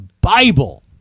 Bible